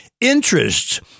interests